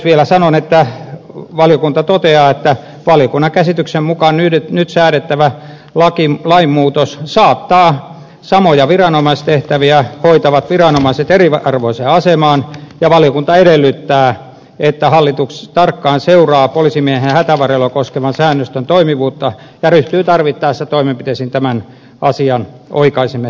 vielä sanon että valiokunta toteaa että valiokunnan käsityksen mukaan nyt säädettävä lainmuutos saattaa samoja viranomaistehtäviä hoitavat viranomaiset eriarvoiseen asemaan ja valiokunta edellyttää että hallitus tarkkaan seuraa poliisimiehen hätävarjelua koskevan säännöstön toimivuutta ja ryhtyy tarvittaessa toimenpiteisiin tämän asian oikaisemiseksi